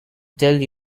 tell